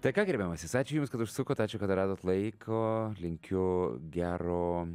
tai ką gerbiamasis ačiū jums kad užsukot ačiū kad radot laiko linkiu gero